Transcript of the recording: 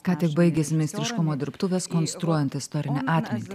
ką tik baigėsi meistriškumo dirbtuvės konstruojant istorinę atmintį